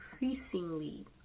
increasingly